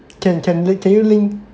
can can can you link